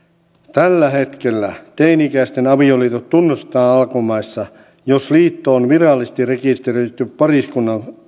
tällä hetkellä teini ikäisten avioliitot tunnustetaan alankomaissa jos liitto on virallisesti rekisteröity pariskunnan